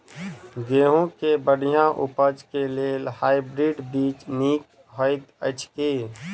गेंहूँ केँ बढ़िया उपज केँ लेल हाइब्रिड बीज नीक हएत अछि की?